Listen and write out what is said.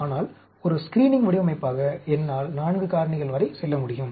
ஆனால் ஒரு ஸ்கிரீனிங் வடிவமைப்பாக என்னால் 4 காரணிகள் வரை செல்ல முடியும்